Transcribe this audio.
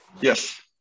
yes